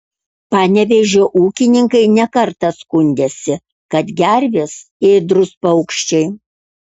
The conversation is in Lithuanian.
panevėžio ūkininkai ne kartą skundėsi kad gervės ėdrūs paukščiai